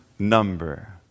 number